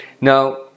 Now